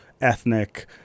ethnic